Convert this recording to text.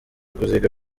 kuziga